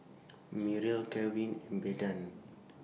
Myrle Calvin and Bethann